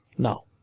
now.